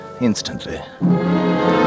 instantly